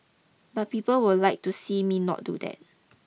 but people would like to see me not do that